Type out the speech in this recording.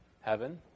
heaven